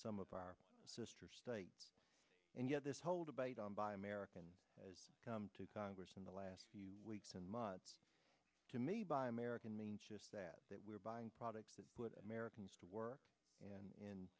some of our sister states and yet this whole debate on buy american has come to congress in the last weeks and months to me by american mean just that they were buying products that put americans to work